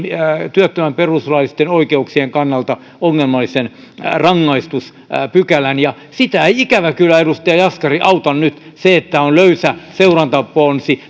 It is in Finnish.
työttömän perustuslaillisten oikeuksien kannalta ongelmallisen rangaistuspykälän ja sitä ei ikävä kyllä edustaja jaskari auta nyt se että on löysä seurantaponsi